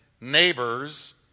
neighbors